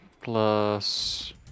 plus